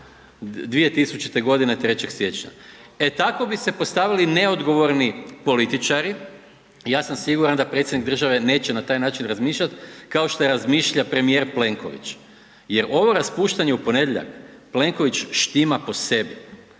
2000. g. 3. siječnja. E tako bi se postavili neodgovorni političari, ja sam siguran da predsjednik države neće na taj način razmišljati, kao što razmišlja premijer Plenković jer ovo raspuštanje u ponedjeljak, Plenković štima po sebi.